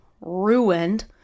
ruined